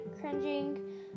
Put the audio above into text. cringing